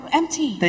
empty